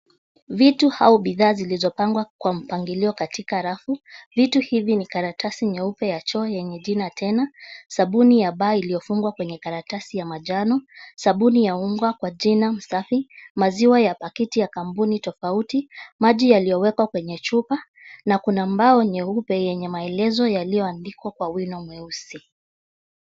Vitu au bidhaa zilizopangwa kwa mpangilio katika rafu. Vitu hivi ni: karatasi nyeupe ya choo yenye jina "tena" sabuni ya baa iliyofungwa kwenye karatasi ya manjano, sabuni ya unga kwa jina "msafi," maziwa ya pakiti ya kampuni tofauti, maji yaliyowekwa kwenye chupa na kuna mbao nyeupe yenye maelezo yaliyoandikwa kwa wino mweusi.